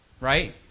Right